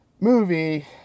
movie